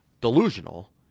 delusional